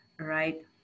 right